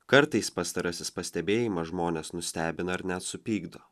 kartais pastarasis pastebėjimas žmones nustebina ar net supykdo